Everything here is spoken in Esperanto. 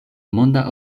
monda